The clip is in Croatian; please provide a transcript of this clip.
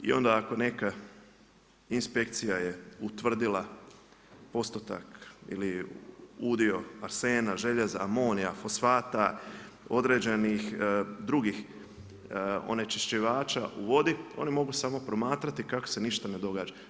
I onda ako neka inspekcija je utvrdila postotak ili udio arsena, željeza, anomija, fosfata, određenih drugih onečišćivača u vodi, oni mogu samo promatrati, kako se ništa ne događa.